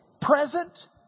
present